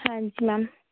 ਹਾਂਜੀ ਮੈਮ